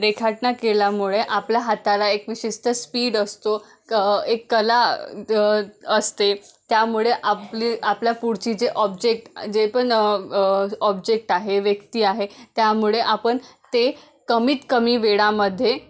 रेखाटना केल्यामुळे आपल्या हाताला एक विशिष्ट स्पीड असतो क एक कला अ असते त्यामुळे आपली आपल्या पुढची जे ऑब्जेक्ट जे पण ऑब्जेक्ट आहे व्यक्ती आहे त्यामुळे आपण ते कमीत कमी वेळामध्ये